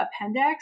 appendix